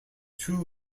two